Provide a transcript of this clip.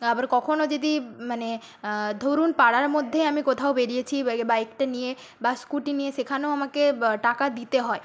আবার কখনও যদি মানে ধরুন পাড়ার মধ্যে আমি কোথাও বেরিয়েছি বাইকটা নিয়ে বা স্কুটি নিয়ে সেখানেও আমাকে টাকা দিতে হয়